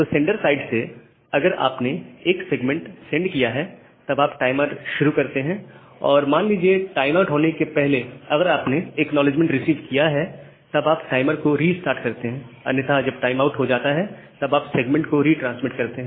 तो sender side से अगर आपने एक सेगमेंट सेंड किया है तब आप टाइमर शुरू करते हैं और मान लीजिए टाइम आउट के पहले अगर आपने एक्नॉलेजमेंट रिसीव कर लिया है तब आप टाइमर को रीस्टार्ट करते हैं अन्यथा जब टाइम आउट हो जाता है तब आप सेगमेंट को रिट्रांसमिट करते हैं